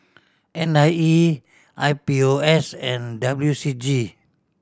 N I E I P O S and W C G